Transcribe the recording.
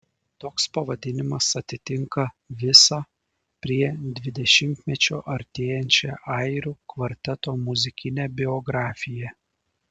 toks pavadinimas atitinka visą prie dvidešimtmečio artėjančią airių kvarteto muzikinę biografiją